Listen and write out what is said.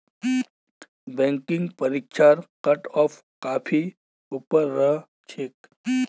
banking परीक्षार cutoff काफी ऊपर रह छेक